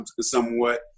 somewhat